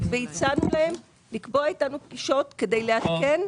והצענו להן לקבוע איתנו פגישות כדי לעדכן.